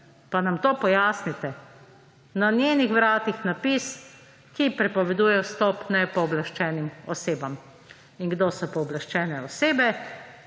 Pa nam to pojasnite. Na njenih vratih napis, ki prepoveduje vstop nepooblaščenim osebam. In kdo so pooblaščene osebe?